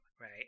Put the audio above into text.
right